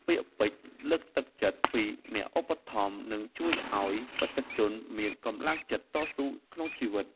ពាក្យពេចន៍លើកទឹកចិត្តពីអ្នកឧបត្ថម្ភនឹងជួយឱ្យបេក្ខជនមានកម្លាំងចិត្តតស៊ូក្នុងជីវិត។